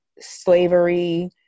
slavery